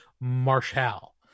marshall